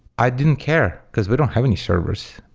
i didn't care, because we don't have any servers.